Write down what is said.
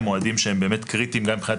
הם מועדים שהם באמת קריטיים גם מבחינת